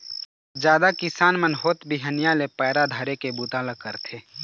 जादा किसान मन होत बिहनिया ले पैरा धरे के बूता ल करथे